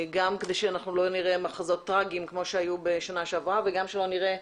גם כדי שלא נראה מחזות טרגיים כמו שהיו בשנה שעברה וגם כדי שלא נראה,